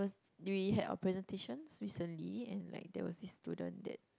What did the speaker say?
there was we had our presentations recently and like there was this student that